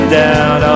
down